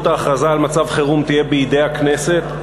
ההכרזה על מצב חירום תהיה בידי הכנסת,